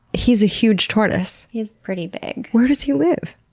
he's a huge tortoise! he's pretty big. where does he live?